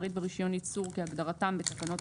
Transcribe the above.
"פריט" ו-"רישיון ייצור" כהגדרתם בתקנות